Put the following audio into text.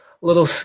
little